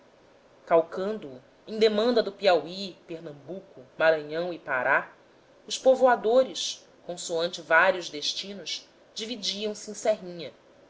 calcando o em demanda do piauí pernambuco maranhão e pará os povoadores consoante vários destinos dividiam se em serrinha